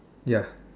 ya